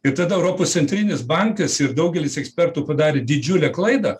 ir tada europos centrinis bankas ir daugelis ekspertų padarė didžiulę klaidą